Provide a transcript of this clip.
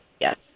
yes